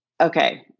okay